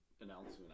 announcement